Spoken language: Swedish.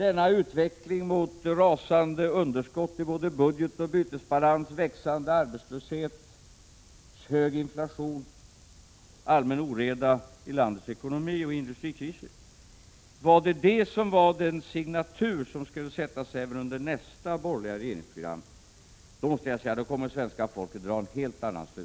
En utveckling mot rasande underskott i både budgetoch bytesbalansen, växande arbetslöshet, hög inflation, allmän oreda i landets ekonomi samt industrikriser — var det den signatur som skulle sättas även under nästa borgerliga regeringsprogram? Då kommer nog svenska folket att dra en helt annan slutsats.